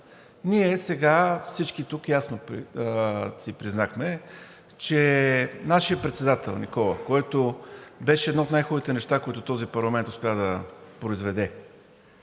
Ние сега всички тук ясно си признахме, че нашият председател, който беше едно от най-хубавите неща, които този парламент успя да произведе,